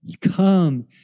Come